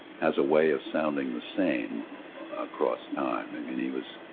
has a way of sounding the same across time. i mean he was,